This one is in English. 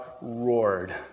roared